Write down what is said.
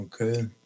Okay